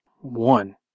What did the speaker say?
One